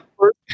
first